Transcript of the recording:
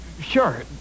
Sure